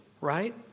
right